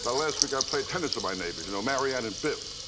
but last weekend i played tennis with my neighbors, you know, maryann and biff.